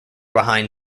behind